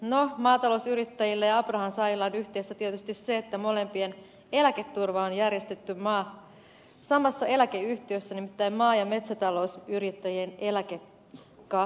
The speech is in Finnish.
no maatalousyrittäjillä ja apurahansaajilla on yhteistä tietysti se että molempien eläketurva on järjestetty samassa eläkeyhtiössä nimittäin maa ja metsätalousyrittäjien eläkekassassa